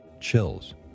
Chills